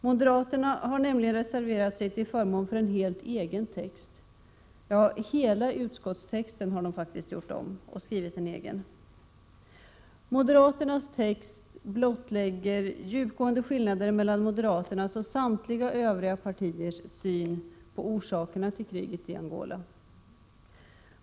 Moderaterna har nämligen reserverat sig till förmån för en helt egen text. Ja, hela utskottstexten har de faktiskt skrivit om till en egen. Moderaternas text blottlägger djupgående skillnader mellan moderaternas och samtliga övriga partiers syn på orsakerna till kriget i Angola.